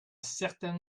certain